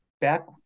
back